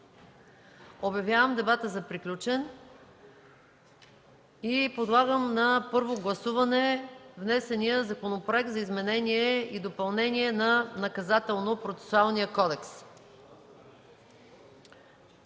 Обявявам дебата за приключен и подлагам на първо гласуване внесения Законопроект за изменение и допълнение на Наказателно-процесуалния кодекс.